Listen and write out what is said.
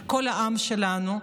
לכל העם שלנו.